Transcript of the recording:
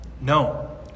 no